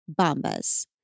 Bombas